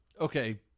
okay